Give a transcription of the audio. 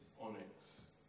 onyx